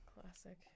Classic